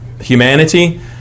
humanity